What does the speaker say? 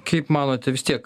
kaip manote vis tiek